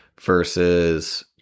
versus